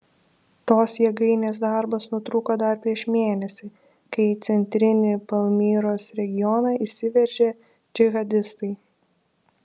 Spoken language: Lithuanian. tos jėgainės darbas nutrūko dar prieš mėnesį kai į centrinį palmyros regioną įsiveržė džihadistai